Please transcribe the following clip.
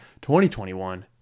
2021